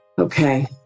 Okay